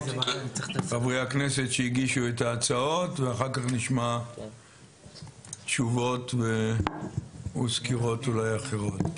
חברי הכנסת שהגישו את ההצעות ואחר כך נשמע תשובות וסקירות אולי אחרות.